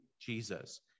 Jesus